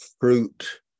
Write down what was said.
fruit